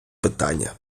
питання